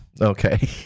Okay